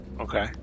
Okay